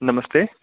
नमस्ते